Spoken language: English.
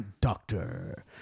Doctor